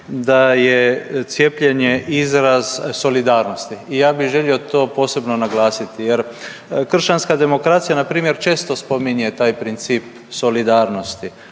da je cijepljenje izraz solidarnosti i ja bih želio to posebno naglasiti jer kršćanska demokracija npr. često spominje taj princip solidarnosti,